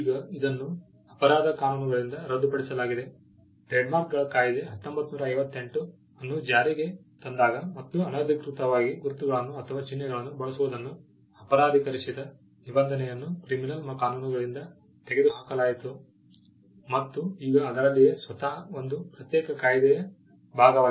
ಈಗ ಇದನ್ನು ಅಪರಾಧ ಕಾನೂನುಗಳಿಂದ ರದ್ದುಪಡಿಸಲಾಗಿದೆ ಟ್ರೇಡ್ಮಾರ್ಕ್ಗಳ ಕಾಯ್ದೆ 1958 ಅನ್ನು ಜಾರಿಗೆ ತಂದಾಗ ಮತ್ತು ಅನಧಿಕೃತವಾಗಿ ಗುರುತುಗಳನ್ನು ಅಥವಾ ಚಿಹ್ನೆಗಳನ್ನು ಬಳಸುವುದನ್ನು ಅಪರಾಧೀಕರಿಸಿದ ನಿಬಂಧನೆಯನ್ನು ಕ್ರಿಮಿನಲ್ ಕಾನೂನುಗಳಿಂದ ತೆಗೆದುಹಾಕಲಾಯಿತು ಮತ್ತು ಈಗ ಅದರಲ್ಲಿಯೇ ಸ್ವತಃ ಒಂದು ಪ್ರತ್ಯೇಕ ಕಾಯಿದೆಯ ಭಾಗವಾಗಿದೆ